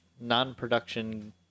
non-production